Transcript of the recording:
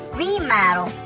remodel